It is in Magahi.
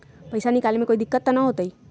पैसा निकाले में कोई दिक्कत त न होतई?